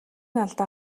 алдаа